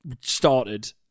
started